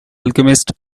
alchemist